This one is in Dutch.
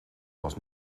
was